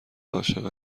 عاشق